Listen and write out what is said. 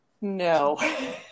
no